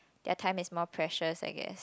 their time is more precious I guess